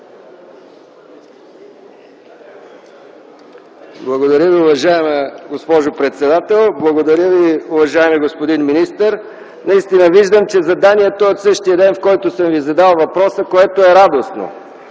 Благодаря Ви, уважаема госпожо председател. Благодаря Ви, уважаеми господин министър. Наистина виждам, че заданието е от същия ден, в който съм Ви задал въпроса, което е радостно.